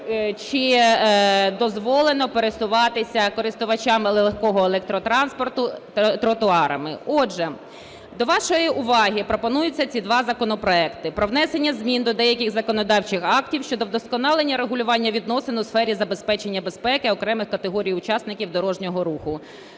чи дозволено пересуватися користувачам легкого електротранспорту тротуарами. Отже, до вашої уваги пропонуються ці два законопроекти. Про внесення змін до деяких законодавчих актів щодо вдосконалення регулювання відносин у сфері забезпечення безпеки окремих категорій учасників дорожнього руху.